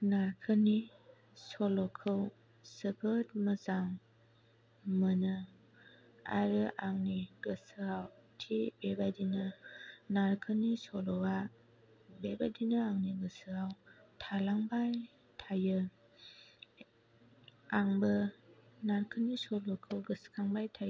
नारखोनि सल'खौ जोबोद मोजां मोनो आरो आंनि गोसोआव थि बेबायदिनो नारखोनि सल'आ बेबायदिनो आंनि गोसोआव थालांबाय थायो आंबो नारखोनि सल'खौ गोसो खांबाय थायो